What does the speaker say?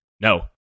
No